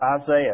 Isaiah